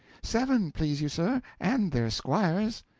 seven, please you, sir, and their squires.